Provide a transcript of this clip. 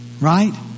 right